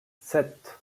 sept